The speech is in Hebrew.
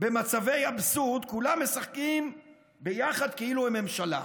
במצבי אבסורד, כולם משחקים ביחד כאילו הם ממשלה.